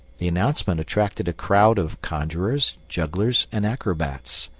the announcement attracted a crowd of conjurers, jugglers, and acrobats,